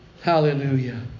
Hallelujah